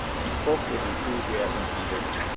he spoke with enthusiasm and vigor.